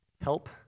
help